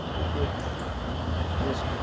if ms.